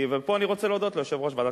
ופה אני רוצה להודות ליושב-ראש ועדת